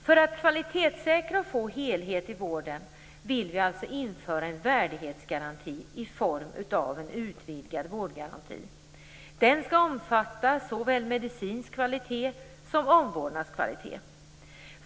För att kvalitetssäkra och få helhet i vården vill vi införa en värdighetsgaranti i form av en utvidgad vårdgaranti. Den skall omfatta såväl medicinsk kvalitet som omvårdnadskvalitet.